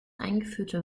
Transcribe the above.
eingeführte